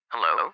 Hello